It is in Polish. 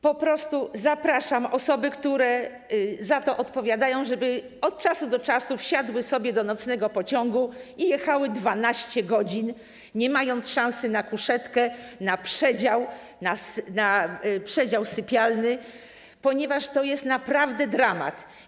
Po prostu zapraszam osoby, które za to odpowiadają, żeby od czasu do czasu wsiadły sobie do nocnego pociągu i jechały 12 godzin, nie mając szansy na kuszetkę, na przedział sypialny, ponieważ to jest naprawdę dramat.